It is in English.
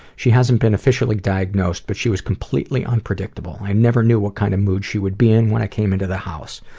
she hasn't been officially diagnosed, but she was completely unpredictable. i never knew what kind of mood she would be in when i came into the house.